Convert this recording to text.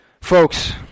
folks